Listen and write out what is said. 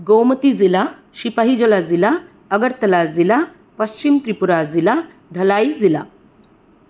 गोमती ज़िला शिपाहिजलाज़िला अगर्तलाज़िला पश्चिम् त्रिपुराज़िला धलैज़िला